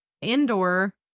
indoor